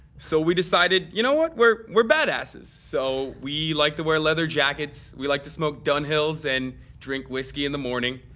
so we decided, you know what were were bad asses. so we like to wear leather jackets, we like to smoke dunghills. and drink whiskey in the morning.